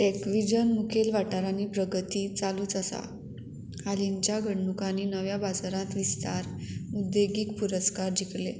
टॅकविजन मुखेल वाठारांनी प्रगती चालूच आसा हालींच्या घडणुकांनी नव्या बाजारांत विस्तार उद्देगीक पुरस्कार जिकले